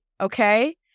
okay